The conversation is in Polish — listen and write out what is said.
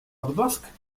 odblask